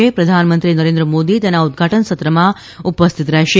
પ્રધાનમંત્રી નરેન્દ્રમોદી તેના ઉદઘાટન સત્રમાં ઉપસ્થિત રહેશે